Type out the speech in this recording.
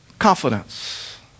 Confidence